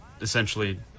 essentially